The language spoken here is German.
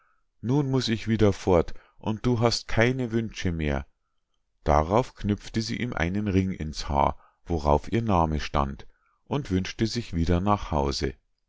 nun muß ich wieder fort und du hast keine wünsche mehr darauf knüpfte sie ihm einen ring ins haar worauf ihr name stand und wünschte sich wieder nach hause